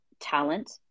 talent